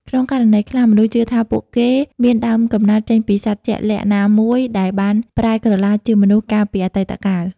ក្នុងករណីខ្លះ មនុស្សជឿថាពួកគេមានដើមកំណើតចេញពីសត្វជាក់លាក់ណាមួយដែលបានប្រែក្រឡាជាមនុស្សកាលពីអតីតកាល។